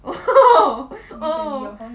oh oh